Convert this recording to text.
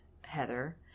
Heather